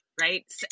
right